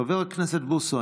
חבר הכנסת בוסו,